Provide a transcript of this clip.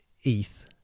ETH